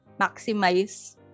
maximize